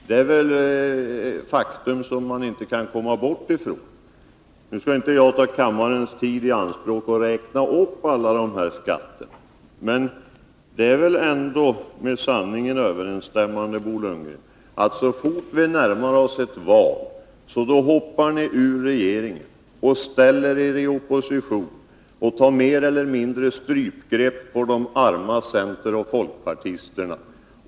Det är väl ett faktum som man inte kan komma bort ifrån. Nu skall jag inte ta kammarens tid i anspråk med att räkna upp alla dessa skatter, men det är väl ändå med sanningen överensstämmande, Bo Lundgren, att så fort vi närmar oss ett val hoppar ni av regeringen och ställer er i opposition. Ni tar då mer eller mindre ett strypgrepp på de arma centerpartisterna och folkpartisterna.